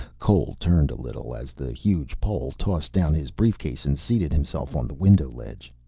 cole turned a little as the huge pole tossed down his briefcase and seated himself on the window ledge.